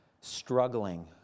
struggling